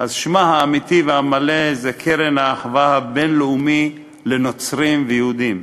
שמה האמיתי והמלא זה קרן האחווה הבין-לאומית לנוצרים ויהודים.